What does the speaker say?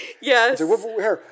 Yes